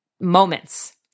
moments